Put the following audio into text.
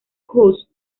coast